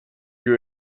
you